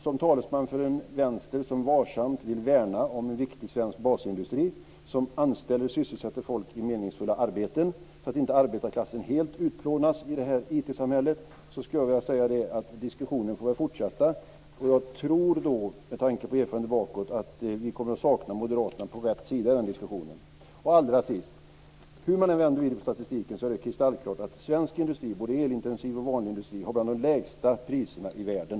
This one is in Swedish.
Som talesman för en vänster som varsamt vill värna om en viktig svensk basindustri som anställer och sysselsätter folk i meningsfulla arbeten, så att inte arbetarklassen helt utplånas i detta IT samhälle, vill jag säga att diskussionen väl får fortsätta. Men med tanke på erfarenheterna bakåt i tiden tror jag att vi kommer att sakna moderaterna på rätt sida i den diskussionen. Allra sist: Hur man än läser statistiken är det kristallklart att svensk industri - både elintensiv och vanlig industri - har bland de lägsta priserna i världen.